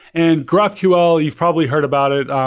and graphql, you've probably heard about it.